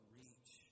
reach